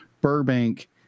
Burbank